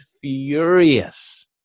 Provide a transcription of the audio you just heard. furious